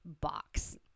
box